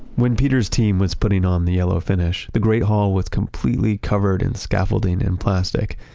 when peter's team was putting on the yellow finish, the great hall was completely covered in scaffolding and plastic.